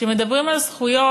כשמדברים על זכויות,